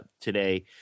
today